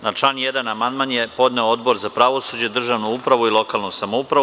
Na član 1. amandman je podneo Odbor za pravosuđe, državnu upravu i lokalnu samoupravu.